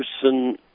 person